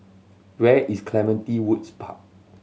where is Clementi Woods Park